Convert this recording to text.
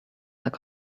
their